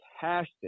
fantastic